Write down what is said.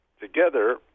together